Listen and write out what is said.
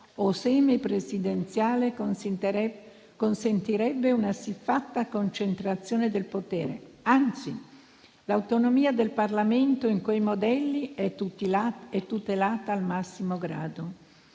o semipresidenziale consentirebbe una siffatta concentrazione del potere, anzi l'autonomia del Parlamento in quei modelli è tutelata al massimo grado.